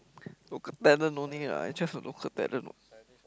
local talent no need lah it's just a local talent